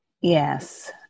Yes